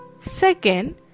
second